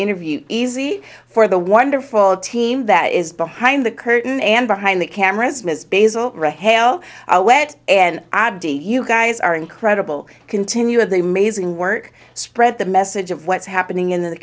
interview easy for the wonderful team that is behind the curtain and behind the cameras ms bezel hell a wet and i d you guys are incredible continuously mazing work spread the message of what's happening in the